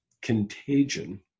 contagion